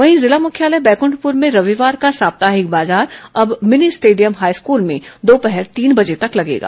वहीं जिला मुख्यालय बैंकुंठपुर में रविवार का साप्ताहिक बाजार अब मिनी स्टेडियम हाईस्कूल में दोपहर तीन बजे तक लगेगा